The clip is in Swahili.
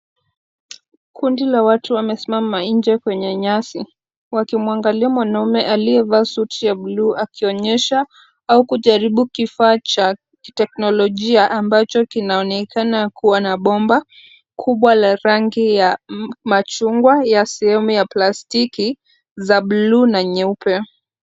Kundi la watu wamesimama nje kwenye nyasi. Wakimwangalia mwanamume aliyevaa suti ya bluu, akionyesha au kujaribu kifaa cha kiteknolojia. Ambacho kinaonekana kuwa na bomba kubwa la rangi ya machungwa ya sehemu ya plastiki za buluu na nyeupe.